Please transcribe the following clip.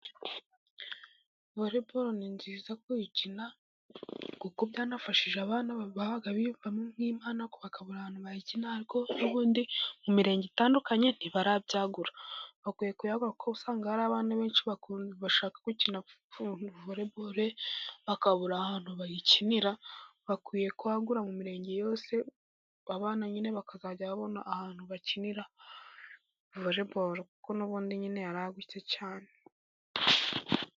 Volley ball ni nziza kuyikina, kuko byafashije abana biyumvamo impano, bakabura ahantu bayikinira, ariko n'ubundi mu mirenge itandukanye ntibarabyagura. Bakwiye kuyagura, kuko usanga hari abana benshi, bayikunda, bashaka gukina volley ball, bakabura ahantu bayikinira. Bakwiye kwagura mu mirenge yose, abana bakajya babona ahantu, bakinira volley ball kuko n'ubundi yaragutse cyane.